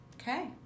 Okay